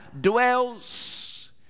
dwells